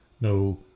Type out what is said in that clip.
no